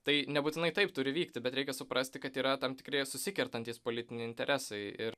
tai nebūtinai taip turi vykti bet reikia suprasti kad yra tam tikri susikertantys politiniai interesai ir